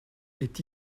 est